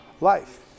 life